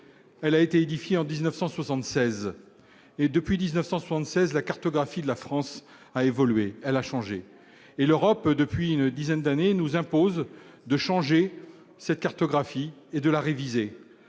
elle a été édifié en 1976 et depuis 1976 la cartographie de la France a évolué, elle a changé et l'Europe depuis une dizaine d'années nous impose de changer cette cartographie et de la réviser